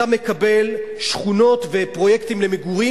אתה מקבל שכונות ופרויקטים למגורים